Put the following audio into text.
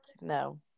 no